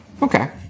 Okay